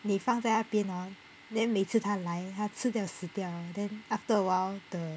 你放在那边 ah then 每次它来它吃掉死掉 then after awhile the